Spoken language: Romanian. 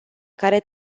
care